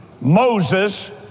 Moses